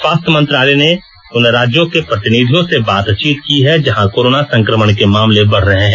स्वास्थ्य मंत्रालय ने उन राज्यों के प्रतिनिधियों से बातचीत की है जहां कोरोना संक्रमण के मामले बढ़ रहे हैं